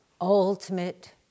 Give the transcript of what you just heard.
Ultimate